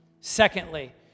Secondly